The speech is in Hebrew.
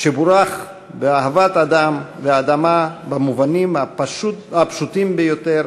שבורך באהבת אדם ואדמה במובנים הפשוטים ביותר